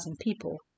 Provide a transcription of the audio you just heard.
people